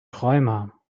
träumer